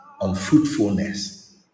unfruitfulness